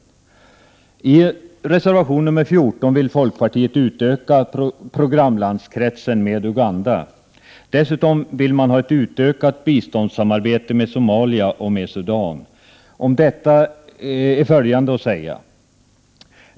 67 I reservation 14 vill folkpartiet utöka programlandskretsen med Uganda. Dessutom vill man ha ett utökat biståndssamarbete med Somalia och Sudan. Om detta är följande att säga.